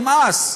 נמאס.